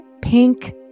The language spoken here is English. pink